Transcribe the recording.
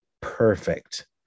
perfect